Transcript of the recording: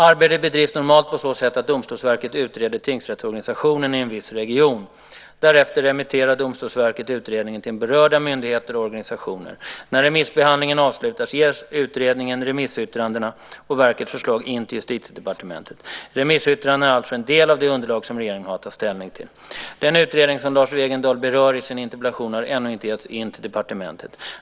Arbetet bedrivs normalt på så sätt att Domstolsverket utreder tingsrättsorganisationen i en viss region. Därefter remitterar Domstolsverket utredningen till berörda myndigheter och organisationer. När remissbehandlingen avslutats ges utredningen, remissyttrandena och verkets förslag in till Justitiedepartementet. Remissyttrandena är alltså en del av det underlag som regeringen har att ta ställning till. Den utredning som Lars Wegendal berör i sin interpellation har ännu inte getts in till departementet.